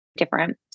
different